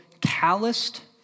calloused